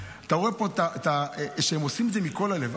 אתה רואה שהם עושים את זה מכל הלב.